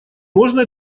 можно